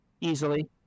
easily